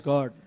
God